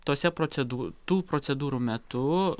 tose procedū tų procedūrų metu